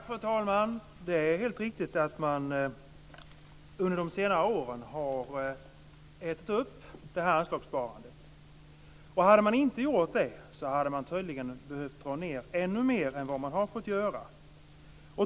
Fru talman! Det är helt riktigt att man under senare år har ätit upp anslagssparandet. Hade man inte gjort det hade man tydligen behövt dra ned ännu mer än vad man har fått göra.